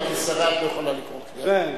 אבל כשרה את לא יכולה לקרוא קריאות ביניים.